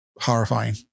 horrifying